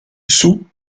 sous